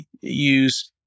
use